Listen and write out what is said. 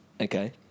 Okay